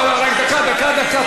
דקה, דקה, דקה.